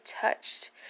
touched